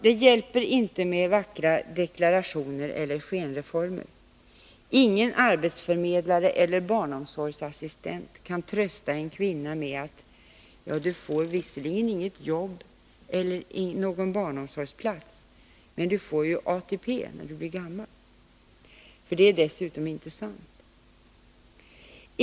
Det hjälper inte med vackra deklarationer eller skenreformer. Ingen arbetsförmedlare eller barnomsorgsassistent kan trösta en kvinna med att ”du får visserligen inte något jobb eller någon barnomsorgsplats, men du får ju ATP när du blir gammal”, för det är dessutom inte sant.